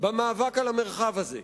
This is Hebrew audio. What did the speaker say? במאבק על המרחב הזה.